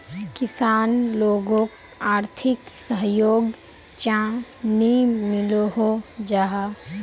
किसान लोगोक आर्थिक सहयोग चाँ नी मिलोहो जाहा?